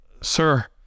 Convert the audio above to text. Sir